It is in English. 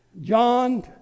John